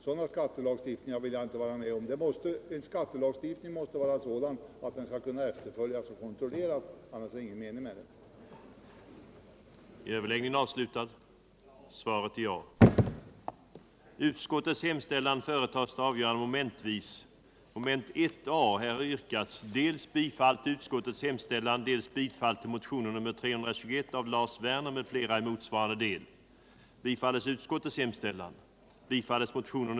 Sådana skattelagstiftningar vill jag inte vara med om. Skattelagstiftningen måste vara sådan att efterlevnaden kan kontrolleras — annars är det ingen mening med den. | den det ej vill röstar nej.